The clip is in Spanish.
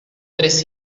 tres